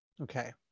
Okay